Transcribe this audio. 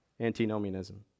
antinomianism